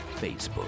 Facebook